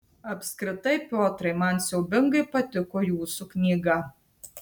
apskritai piotrai man siaubingai patiko jūsų knyga